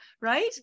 right